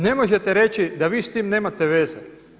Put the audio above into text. Ne možete reći da vi s tim nemate veze.